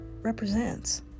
represents